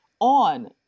on